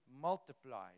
multiplied